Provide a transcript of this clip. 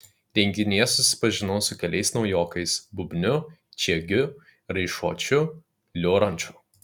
renginyje susipažinau su keliais naujokais bubniu čiegiu raišuočiu lioranču